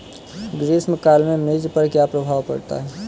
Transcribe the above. ग्रीष्म काल में मिर्च पर क्या प्रभाव पड़ता है?